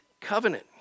covenant